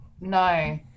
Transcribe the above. No